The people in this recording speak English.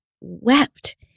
wept